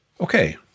Okay